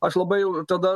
aš labai jau tada